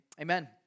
amen